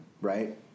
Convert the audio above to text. right